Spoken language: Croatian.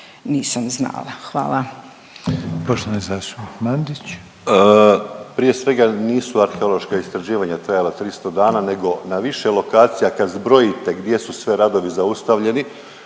Mandić. **Mandić, Damir (HDZ)** Prije svega nisu arheološka istraživanja trajala 300 dana, nego na više lokacija kad zbrojite gdje su sve radovi zaustavljeni